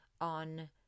on